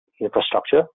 infrastructure